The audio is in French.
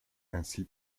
ainsi